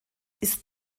ist